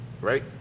Right